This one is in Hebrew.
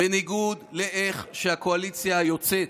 בניגוד לאיך שהקואליציה היוצאת,